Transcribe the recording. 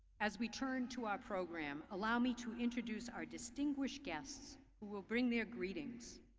as we turn to our program, allow me to introduce our distinguished guests, who will bring their greetings.